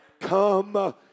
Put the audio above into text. come